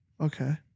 Okay